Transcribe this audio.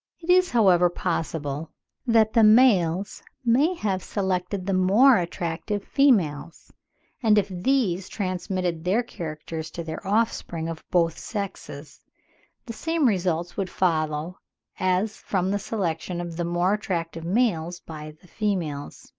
it is, however, possible that the males may have selected the more attractive females and if these transmitted their characters to their offspring of both sexes the same results would follow as from the selection of the more attractive males by the females.